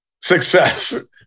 success